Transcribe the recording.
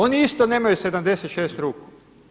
Oni isto nemaju 76 ruku.